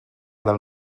del